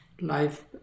life